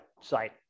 site